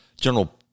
General